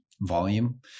volume